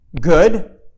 good